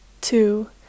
Two